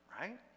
right